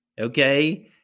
Okay